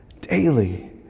daily